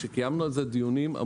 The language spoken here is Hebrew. כשקיימנו על זה דיונים: